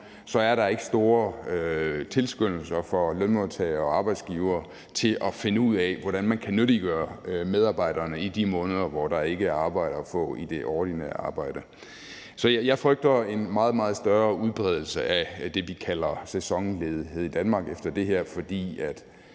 er der ikke store tilskyndelser for lønmodtagere og arbejdsgivere til at finde ud af, hvordan man kan nyttiggøre medarbejderne i de måneder, hvor der ikke er arbejde at få i det ordinære arbejde. Så jeg frygter en meget, meget større udbredelse af det, vi kalder sæsonledighed i Danmark efter det her, fordi